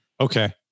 okay